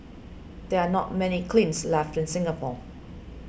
there are not many kilns left in Singapore